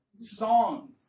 songs